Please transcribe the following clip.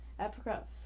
Apricot